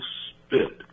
spit